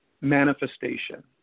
Manifestation